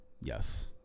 Yes